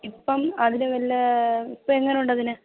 ഇപ്പം അതിന് വല്ല ഇപ്പം എങ്ങനെയുണ്ട് അതിന്